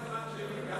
בבקשה.